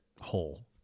whole